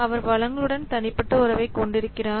அவர் வளங்களுடன் தனிப்பட்ட உறவைக் கொண்டிருக்கிறார்